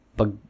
pag